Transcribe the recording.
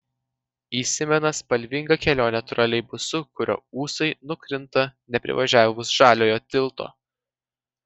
įsimena spalvinga kelionė troleibusu kurio ūsai nukrinta neprivažiavus žaliojo tilto